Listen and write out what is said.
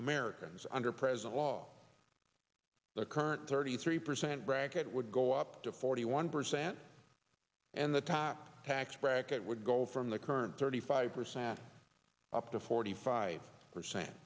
americans under present law the current thirty three percent bracket would go up to forty one percent and the top tax bracket would go from the current thirty five percent up to forty five percent